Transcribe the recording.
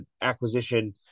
acquisition